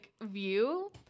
view